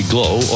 Glow